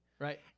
Right